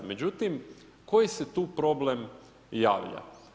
Međutim, koji se tu problem javlja.